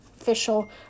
official